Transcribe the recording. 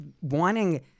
wanting